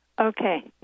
Okay